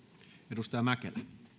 arvoisa puhemies